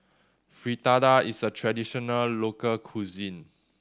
fritada is a traditional local cuisine